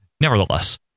Nevertheless